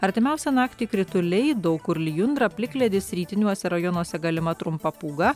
artimiausią naktį krituliai daug kur lijundra plikledis rytiniuose rajonuose galima trumpa pūga